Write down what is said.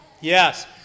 Yes